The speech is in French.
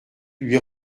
lui